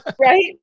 right